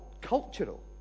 cultural